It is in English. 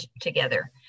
together